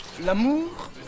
L'amour